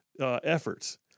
efforts